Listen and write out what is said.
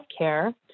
healthcare